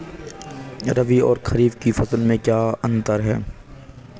रबी और खरीफ की फसल में क्या अंतर है?